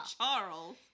Charles